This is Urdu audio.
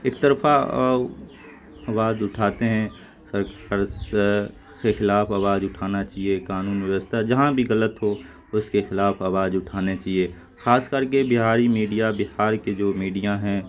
ایک طرفہ آواز اٹھاتے ہیں سرکار کے خلاف آواز اٹھانا چاہیے قانون ویوستھا جہاں بھی غلط ہو اس کے خلاف آواز اٹھانا چاہیے خاص کر کے بہاری میڈیا بہار کے جو میڈیاں ہیں